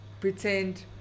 pretend